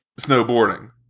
snowboarding